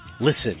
Listen